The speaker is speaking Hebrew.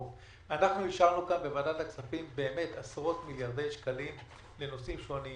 אישרנו בוועדת הכספים עשרות מיליארדי שקלים לנושאים שונים,